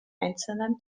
einzelnen